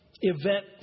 event